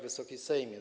Wysoki Sejmie!